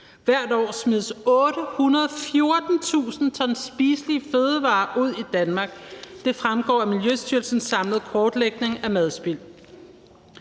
Hvert år smides 814.000 t spiselige fødevarer ud i Danmark; det fremgår af Miljøstyrelsens samlede kortlægning af madspild.